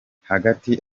hagati